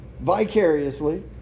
vicariously